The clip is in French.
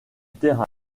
terrain